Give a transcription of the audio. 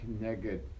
connected